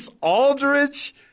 Aldridge